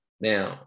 Now